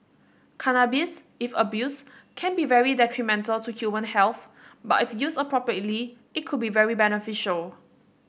cannabis if abused can be very detrimental to human health but if used appropriately it could be very beneficial